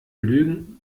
lügen